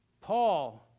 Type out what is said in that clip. Paul